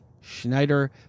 Schneider